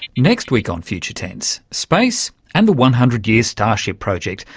next week on future tense space and the one hundred year starship project.